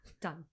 Done